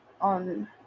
on